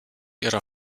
ihrer